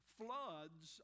floods